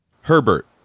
Herbert